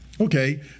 Okay